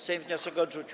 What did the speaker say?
Sejm wniosek odrzucił.